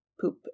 poop